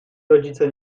rodzice